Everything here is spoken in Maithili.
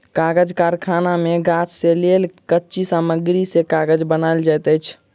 कागज़ कारखाना मे गाछ से लेल कच्ची सामग्री से कागज़ बनायल जाइत अछि